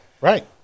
Right